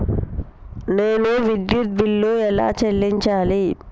నేను విద్యుత్ బిల్లు ఎలా చెల్లించాలి?